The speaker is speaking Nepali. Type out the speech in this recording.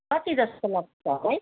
कति जस्तो लाग्छ होला है